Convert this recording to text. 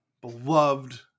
beloved